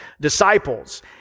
Disciples